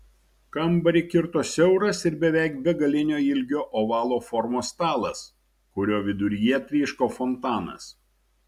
kambarį kirto siauras ir beveik begalinio ilgio ovalo formos stalas kurio viduryje tryško fontanas